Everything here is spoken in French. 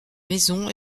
maison